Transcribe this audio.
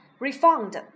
Refund